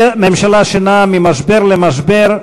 ממשלה שנעה ממשבר למשבר,